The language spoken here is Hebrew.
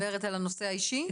את מדברת על הנושא האישי?